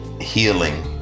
healing